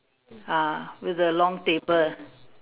ah with the long table